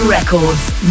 Records